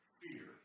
fear